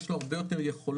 יש לו הרבה יותר יכולות,